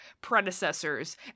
predecessors